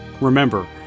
Remember